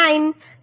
9 છે